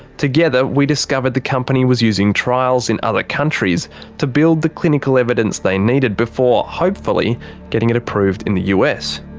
together, we discovered the company was using trials in other countries to build the clinical evidence they needed before hopefully getting it approved in the us.